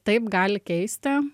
taip gali keisti